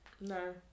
No